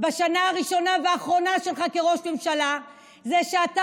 בשנה הראשונה והאחרונה שלך כראש ממשלה זה שאתה